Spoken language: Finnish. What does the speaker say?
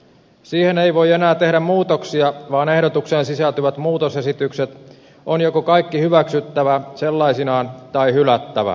siihen ei voi enää tehdä muutoksia vaan ehdotukseen sisältyvät muutosesitykset on joko kaikki hyväksyttävä sellaisinaan tai hylättävä